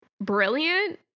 brilliant